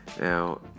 Now